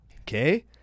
Okay